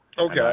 Okay